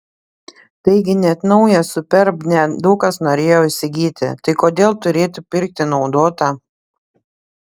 taigi net naują superb ne daug kas norėjo įsigyti tai kodėl turėtų pirkti naudotą